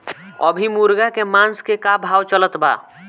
अभी मुर्गा के मांस के का भाव चलत बा?